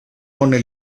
pone